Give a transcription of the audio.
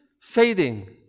fading